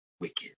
wicked